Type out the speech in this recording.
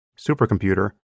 supercomputer